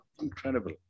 Incredible